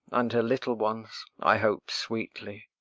and her little ones, i hope sweetly.